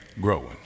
growing